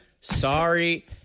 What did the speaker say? sorry